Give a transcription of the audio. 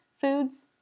foods